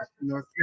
North